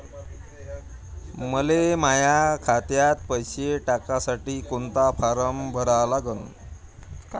मले माह्या खात्यात पैसे टाकासाठी कोंता फारम भरा लागन?